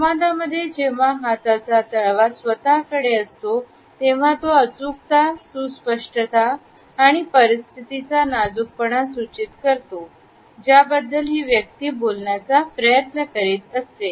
संवादांमध्ये जेव्हा हाताचा तळवा स्वतःकडे असतो तेव्हा तो अचूकता सुस्पष्टता आणि परिस्थितीची नाजूकपणा सुचित करतो ज्याबद्दल ही व्यक्ती बोलण्याचा प्रयत्न करीत असते